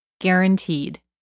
guaranteed